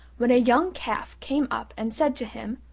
when a young calf came up and said to him,